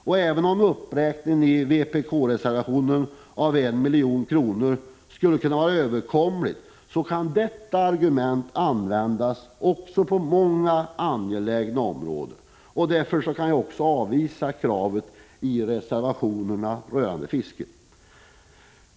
Och även om den i vpk-reservationen föreslagna uppräkningen med 1 milj.kr. skulle kunna vara överkomlig, kan detta argument användas också på många andra angelägna områden. Därför kan jag avvisa kraven i de reservationer som rör fisket.